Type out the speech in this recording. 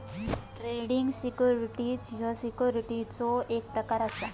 trading securities ह्यो सिक्युरिटीजचो एक प्रकार असा